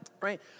right